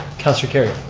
councilor kerrio.